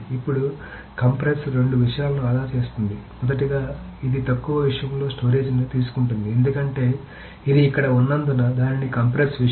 ఇప్పుడు కంప్రెస్ రెండు విషయాలను ఆదా చేస్తుంది మొదటగా ఇది తక్కువ మొత్తంలో స్టోరేజ్ ను తీసుకుంటుంది ఎందుకంటే ఇది ఇక్కడ ఉన్నందున దానిని కంప్రెస్ విషయం